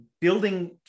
building